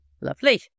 Lovely